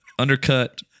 undercut